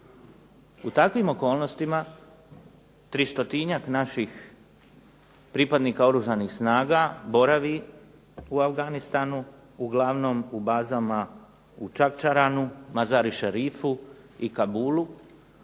U takvim okolnostima tristotinjak naših pripadnika Oružanih snaga boravi u Afganistanu uglavnom u bazama u Čavčaranu, Mazar-i Sharifu i Kabulu.